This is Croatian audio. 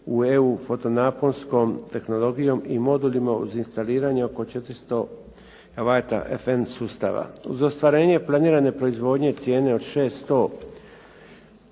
u EU fotonaponskom tehnologijom i modulima uz instaliranje oko 400 vata FN sustava. Uz ostvarenje planiranje proizvodnje cijene od 600 US